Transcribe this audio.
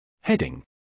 Heading